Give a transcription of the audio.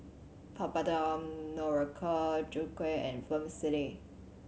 Papadum Noriander Chutney and Vermicelli